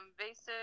invasive